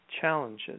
challenges